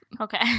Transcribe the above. okay